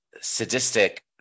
sadistic